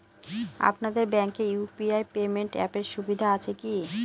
আপনাদের ব্যাঙ্কে UPI payment অ্যাপের সুবিধা আছে কি?